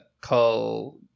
call